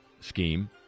scheme